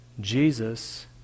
Jesus